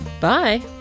Bye